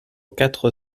quatre